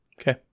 Okay